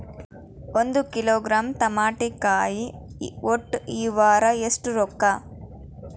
ಒಂದ್ ಕಿಲೋಗ್ರಾಂ ತಮಾಟಿಕಾಯಿ ಒಟ್ಟ ಈ ವಾರ ಎಷ್ಟ ರೊಕ್ಕಾ?